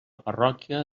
parròquia